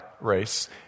race